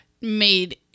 made